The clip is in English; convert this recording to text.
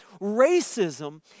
Racism